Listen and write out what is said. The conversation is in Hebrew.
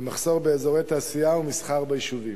למחסור באזורי תעשייה ומסחר ביישובים.